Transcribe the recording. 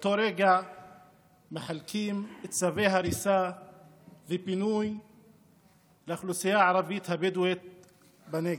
מחלקים צווי הריסה ופינוי לאוכלוסייה הערבית הבדואית בנגב.